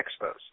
Expos